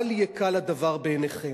אל יקל הדבר בעיניכם.